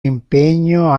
impegno